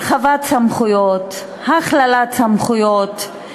הרחבת סמכויות, הכללת סמכויות,